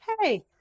hey